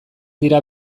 dira